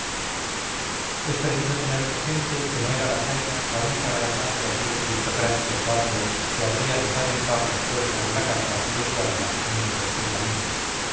es preciso tener presente que no era la zaina la única gran dama de aquellos aristocráticos barrios que abría de par en par las puertas de la casa y de su alma a nuestros tres amigos